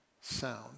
Sound